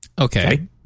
Okay